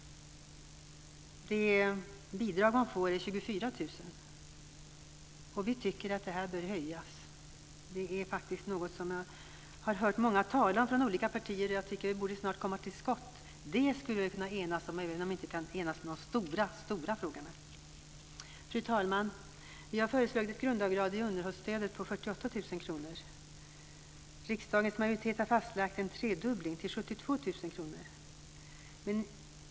Det bidrag man får är på 24 000 kr. Vi tycker att det bör höjas. Detta har jag hört många tala om från olika partier, och jag tycker att vi snart borde komma till skott. Det skulle vi väl kunna enas om, även om vi inte kan enas om de stora frågorna. Fru talman! Vi har föreslagit ett grundavdrag i underhållsstödet på 48 000 kr. Riksdagens majoritet har fastlagt en tredubbling till 72 000 kr.